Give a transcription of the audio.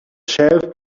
shelf